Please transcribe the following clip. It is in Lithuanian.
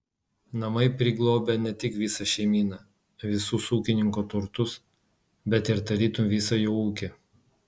namai priglobia ne tik visą šeimyną visus ūkininko turtus bet ir tarytum visą jo ūkį